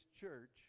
church